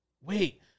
Wait